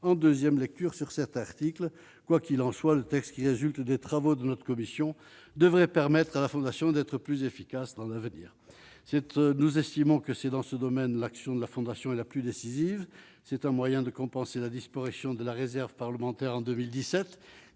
en 2ème lecture sur certains articles, quoi qu'il en soit, le texte qui résulte des travaux de notre commission devrait permettre à la fondation d'être plus efficace dans l'avenir, cette nous estimons que c'est dans ce domaine, l'action de la Fondation et la plus décisive, c'est un moyen de compenser la disparition de la réserve parlementaire en 2017